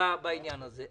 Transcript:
בעניין הזה.